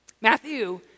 Matthew